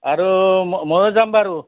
আৰু ময়ো যাম বাৰু